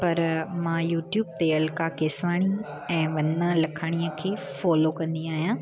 पर मां यूट्यूब ते अलका केसवाणी ऐं वंदना लखाणीअ खे फॉलो कंदी आहियां